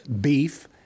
beef